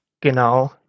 Genau